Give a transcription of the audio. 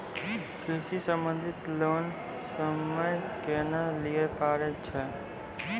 कृषि संबंधित लोन हम्मय केना लिये पारे छियै?